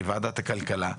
בוועדת הכלכלה,